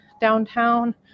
downtown